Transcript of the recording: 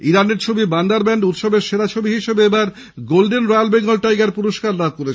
ইরানের ছবি Bandar Band উৎসবের সেরা ছবি হিসেবে এবার গোল্ডেন রয়্যাল বেঙ্গল টাইগার পুরস্কার পেয়েছে